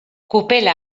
kupela